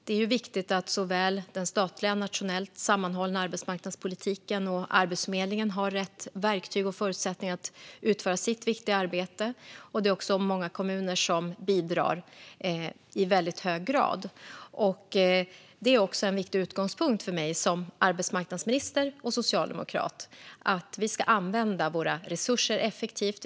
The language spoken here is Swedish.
Det är viktigt att den statliga nationellt sammanhållna arbetsmarknadspolitiken och Arbetsförmedlingen har rätt verktyg och förutsättningar att utföra sitt viktiga arbete. Det är också många kommuner som bidrar i väldigt hög grad. Det är också en viktig utgångspunkt för mig som arbetsmarknadsminister och socialdemokrat att vi ska använda våra resurser effektivt.